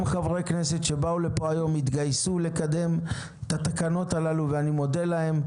גם חברי כנסת שבאו לפה היום התגייסו לקדם את התקנות הללו ואני מודה להם,